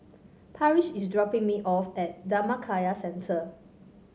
Parrish is dropping me off at Dhammakaya Centre